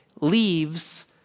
Leaves